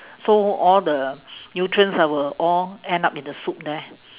so all the nutrients ah will all end up in the soup there